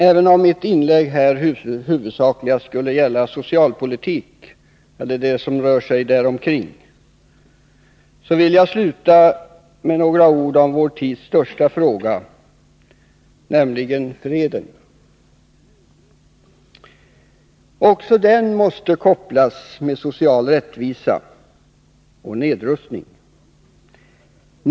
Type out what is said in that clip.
Även om mitt inlägg huvudsakligen skulle gälla socialpolitik, eller det som rör sig där omkring, så vill jag sluta med några ord om vår tids största fråga, nämligen freden. Också freden måste kopplas samman med social rättvisa — och givetvis nedrustning.